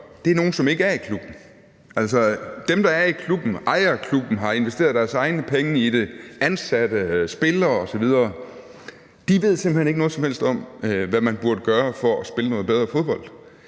gøre, er nogle, der ikke er i klubben. Dem, der er i klubben, ejer klubben, har investeret deres egne penge i det, ansatte, spillere osv., ved simpelt hen ikke noget som helst om, hvad man burde gøre for at spille noget bedre fodbold.